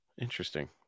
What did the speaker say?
Interesting